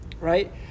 right